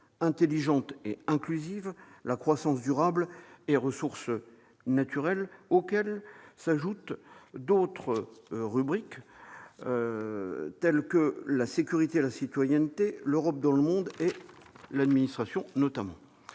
intelligente et inclusive, d'une part, croissance durable et ressources naturelles, d'autre part. Viennent ensuite d'autres rubriques, telles que la sécurité et la citoyenneté, l'Europe dans le monde et l'administration, notamment.